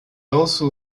also